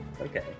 Okay